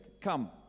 come